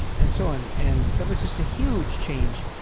and so on. and it was just a huge change,